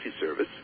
service